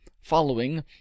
following